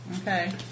Okay